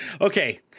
Okay